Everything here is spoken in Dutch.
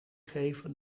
geven